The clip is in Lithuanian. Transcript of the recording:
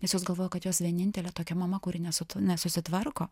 nes jos galvoja kad jos vienintelė tokia mama kuri nes nesusitvarko